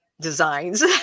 designs